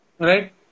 Right